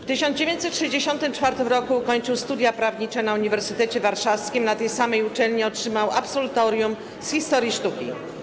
W 1964 r. ukończył studia prawnicze na Uniwersytecie Warszawskim, na tej samej uczelni otrzymał absolutorium z historii sztuki.